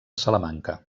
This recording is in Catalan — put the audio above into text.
salamanca